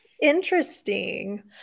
Interesting